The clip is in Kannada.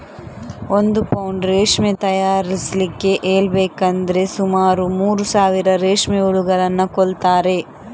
ಒಂದು ಪೌಂಡ್ ರೇಷ್ಮೆ ತಯಾರಿಸ್ಲಿಕ್ಕೆ ಹೇಳ್ಬೇಕಂದ್ರೆ ಸುಮಾರು ಮೂರು ಸಾವಿರ ರೇಷ್ಮೆ ಹುಳುಗಳನ್ನ ಕೊಲ್ತಾರೆ